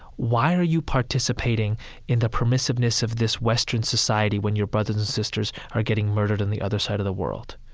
why are you participating in the permissiveness of this western society when your brothers and sisters are getting murdered on and the other side of the world?